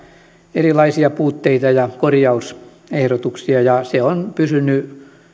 erilaisia puutteita ja korjausehdotuksia ja se on pysynyt